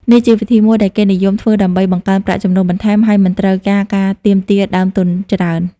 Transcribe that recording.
នេះជាវិធីមួយដែលគេនិយមធ្វើដើម្បីបង្កើនប្រាក់ចំណូលបន្ថែម ហើយមិនត្រូវការការទាមទារដើមទុនច្រើន។